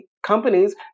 companies